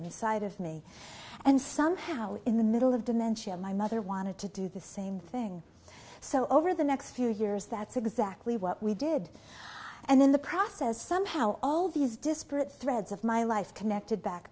inside of me and somehow in the middle of dementia my mother wanted to do the same thing so over the next few years that's exactly what we did and in the process somehow all these disparate threads of my life connected back